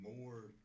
more